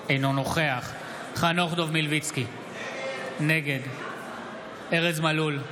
אינו נוכח חנוך דב מלביצקי, נגד ארז מלול,